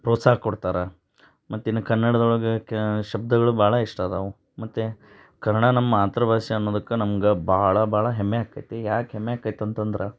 ಪ್ರೋತ್ಸಾಹ ಕೊಡ್ತಾರೆ ಮತ್ತು ಇನ್ನು ಕನ್ನಡ್ದೊಳಗೆ ಕೇ ಶಬ್ದಗಳು ಭಾಳ ಇಷ್ಟ ಇದಾವೆ ಮತ್ತು ಕನ್ನಡ ನಮ್ಮ ಮಾತೃಭಾಷೆ ಅನ್ನೋದಕ್ಕೆ ನಮ್ಗೆ ಭಾಳ ಭಾಳ ಹೆಮ್ಮೆ ಆಕೈತಿ ಯಾಕೆ ಹೆಮ್ಮೆ ಆಕೈತೆ ಅಂತಂದ್ರೆ